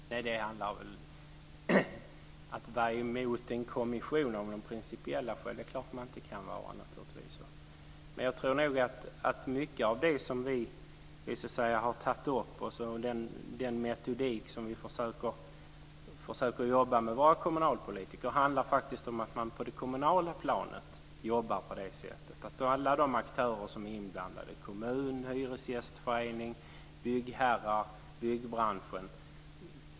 Fru talman! Det är klart att man inte kan vara emot en kommission av principiella skäl. Men jag tror att mycket av det som vi har tagit upp, den metodik som vi försöker jobba med bland våra kommunalpolitiker, handlar om att man på det kommunala planet jobbar på det sättet, att alla de aktörer som är inblandade träffas. Det är kommun, hyresgästförening, byggherrar och byggbransch.